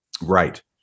right